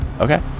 Okay